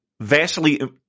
vastly